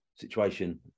situation